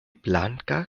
blanka